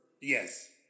Yes